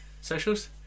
Socials